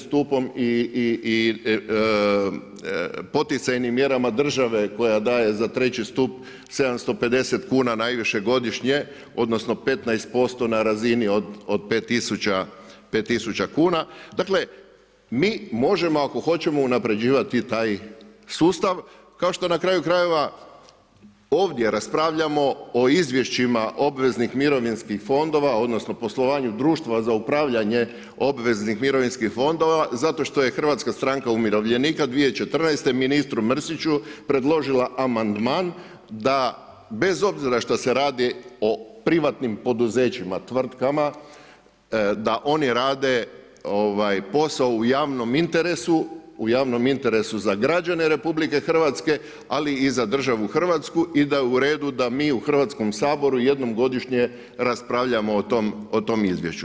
Stupom i poticajnim mjerama države koja daje za III. stup 750 kuna najviše godišnje, odnosno 15% na razini od 5000 kuna. dakle mi možemo ako hoćemo unapređivati taj sustav, kao što na kraju krajeva ovdje raspravljamo o izvješćima obveznih mirovinskih fondova, odnosno poslovanju društva za upravljanje obveznih mirovinskih fondova zato što je Hrvatska stranka umirovljenika 2014. ministru Mrsiću predložila amandman da, bez obzira što se radi o privatnim poduzećima, tvrtkama, da oni rade posao u javnom interesu, u javnom interesu za građane RH, ali i za državu Hrvatsku i da je u redu da mi u Hrvatskom saboru jednom godišnje raspravljamo o tom izvješću.